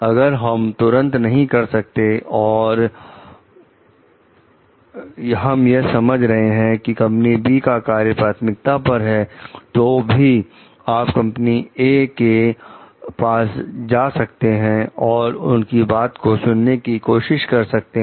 अगर हम तुरंत नहीं कर सकते हैं और हम यह समझ रहे हैं कि कंपनी "बी"का कार्य प्राथमिकता पर है तो भी आप कंपनी "ए" के पास जा सकते हैं और उसकी बात को सुनने की कोशिश कर सकते हैं